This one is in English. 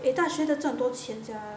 eh 大学的赚很多钱 sia